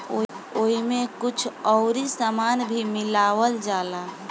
ओइमे कुछ अउरी सामान भी मिलावल जाला